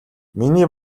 миний